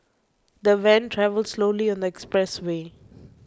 the van travelled slowly on the expressway